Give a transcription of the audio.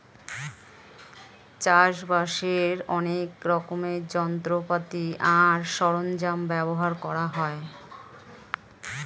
চাষবাসের অনেক রকমের যন্ত্রপাতি আর সরঞ্জাম ব্যবহার করা হয়